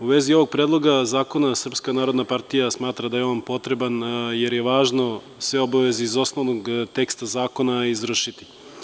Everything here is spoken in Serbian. U vezi ovog predloga zakona Srpska narodna partija smatra da je on potreban jer je važno sve obaveze iz osnovnog teksta zakona izvršiti.